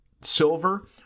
silver